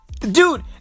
Dude